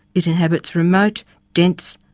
it inhabits remote dense,